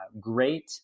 great